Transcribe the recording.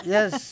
Yes